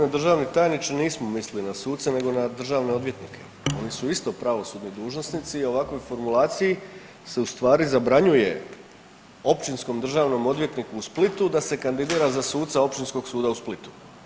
Gospodine državni tajniče, nismo mislili na suce nego na državne odvjetnike, oni su isto pravosudni dužnosnici, a u ovakvoj formulaciji se u stvari zabranjuje Općinskom državnom odvjetniku u Splitu da se kandidira za suca Općinskog suda u Splitu.